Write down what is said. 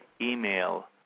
email